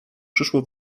przyszło